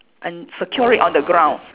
and secure it on the ground